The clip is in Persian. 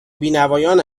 بینوایان